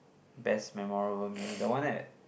best memorable meal that one at